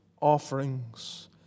offerings